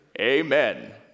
amen